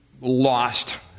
lost